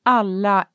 alla